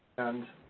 and